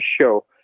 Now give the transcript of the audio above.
show